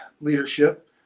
leadership